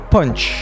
Punch